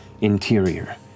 interior